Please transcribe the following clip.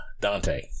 Dante